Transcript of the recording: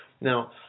Now